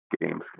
games